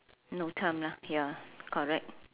no time lah ya correct